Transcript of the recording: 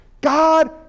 God